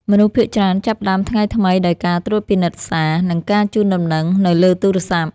មនុស្សភាគច្រើនចាប់ផ្តើមថ្ងៃថ្មីដោយការត្រួតពិនិត្យសារ និងការជូនដំណឹងនៅលើទូរស័ព្ទ។